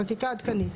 חקיקה עדכנית.